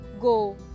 Go